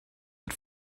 had